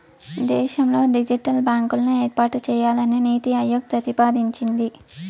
దేశంలో డిజిటల్ బ్యాంకులను ఏర్పాటు చేయాలని నీతి ఆయోగ్ ప్రతిపాదించింది